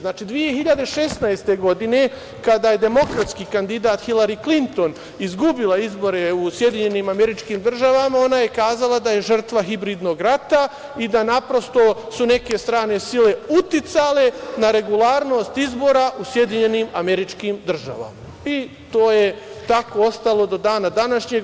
Znači, 2016. godine kada je demokratski kandidat Hilari Klinton izgubila izbore u SAD ona je rekla da je žrtva hibridnog rata i da naprosto su neke strane sile uticale na regularnost izbora u SAD i to je tako ostalo do dana današnjeg.